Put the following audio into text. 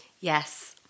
Yes